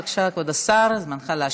בבקשה, כבוד השר, זמנך להשיב.